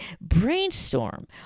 brainstorm